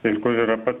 ir kur yra pats